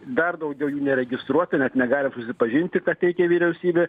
dar daugiau jų neregistruota net negalim prisipažinti ką teikia vyriausybė